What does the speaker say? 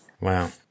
Wow